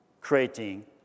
creating